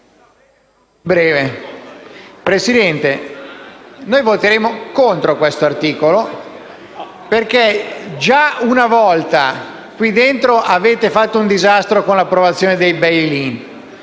Signor Presidente, voteremo contro questo articolo perché già una volta qui dentro avete fatto un disastro con l'approvazione del *bail in*